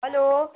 hello